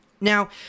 Now